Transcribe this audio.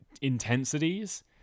intensities